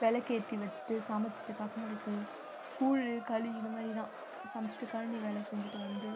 விளக்கேத்தி வச்சிட்டு சமைச்சிட்டு பசங்களுக்கு கூழ் களி இது மாதிரி தான் சமைச்சிட்டு கழனி வேலை செஞ்சிட்டு வந்து